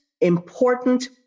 important